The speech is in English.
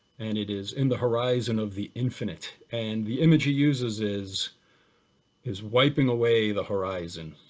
and it is in the horizon of the infinite, and the image he uses is is wiping away the horizon.